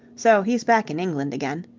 so he's back in england again.